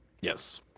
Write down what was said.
Yes